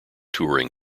touring